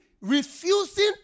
refusing